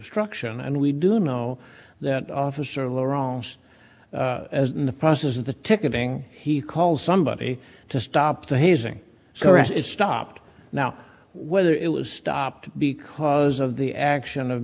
bstruction and we do know that officer lou rawls in the process of the ticketing he calls somebody to stop the hazing so it's stopped now whether it was stopped because of the action of